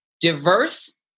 diverse